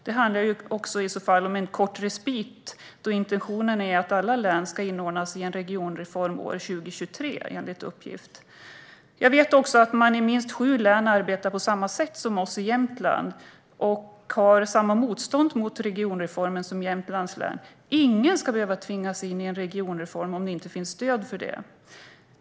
Det handlar dessutom i så fall om en kort respit, då intentionen enligt uppgift är att alla län ska inordnas i en regionreform år 2023. Jag vet också att man i minst sju län arbetar på samma sätt som vi gör i Jämtland och har samma motstånd mot regionreformen som Jämtlands län har. Ingen ska behöva tvingas in i en regionbildning om det inte finns stöd för det.